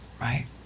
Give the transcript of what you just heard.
right